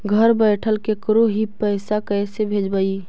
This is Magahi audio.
घर बैठल केकरो ही पैसा कैसे भेजबइ?